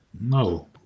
no